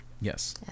Yes